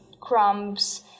crumbs